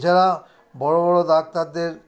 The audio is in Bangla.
এছাড়া বড় বড় ডাক্তারদের